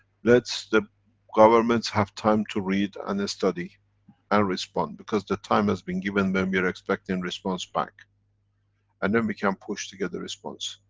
let's the governments have time to read and study and respond because the time has been given when we are expecting and response back and then we can push together response.